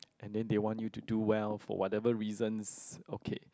and then they want you to do well for whatever reasons okay